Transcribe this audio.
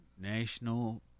National